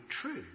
true